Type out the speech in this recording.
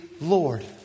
Lord